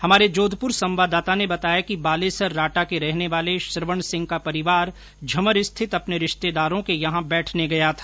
हमारे जोधपुर संवाददाता ने बताया कि बालेसर राटा के रहने वाले श्रवण सिंह का परिवार झंवर स्थित अपने रिश्तेदारों के यहां बैठने गया था